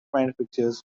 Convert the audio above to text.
manufacturers